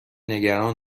نگران